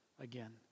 again